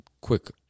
quick